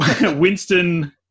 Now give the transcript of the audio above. Winston